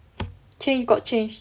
change got change